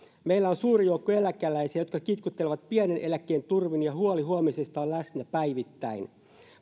meillä on suuri joukko eläkeläisiä jotka kitkuttelevat pienen eläkkeen turvin ja huoli huomisesta on läsnä päivittäin